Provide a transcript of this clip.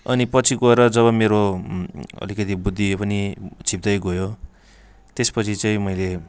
अनि पछि गएर जब मेरो अलिकति बुद्धि पनि छिपिँदै गयो त्यसपछि चाहिँ मैले